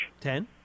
Ten